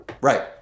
Right